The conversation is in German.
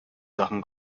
sachen